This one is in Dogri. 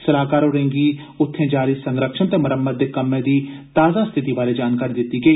सलाह्कार होरें गी उत्थें जारी संरक्षण ते मरम्मत दे कम्मै दी ताजा स्थिति बारे जानकारी दित्ती गेई